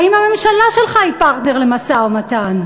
האם הממשלה שלך היא פרטנר למשא-ומתן?